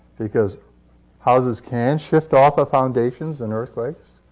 because houses can shift off of foundations in earthquakes.